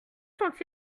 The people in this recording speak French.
sont